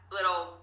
little